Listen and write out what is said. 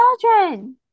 children